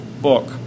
book